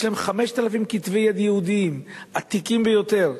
יש להם 5,000 כתבי-יד יהודיים, עתיקים ביותר.